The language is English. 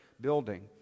building